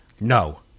No